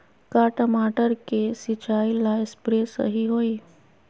का टमाटर के सिचाई ला सप्रे सही होई?